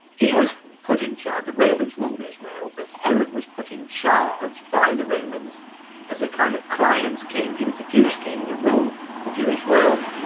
he was putting charred the romans ruled as well but herod was put in charge by the romans as a kind of client king he was a jewish king to rule the jewish world,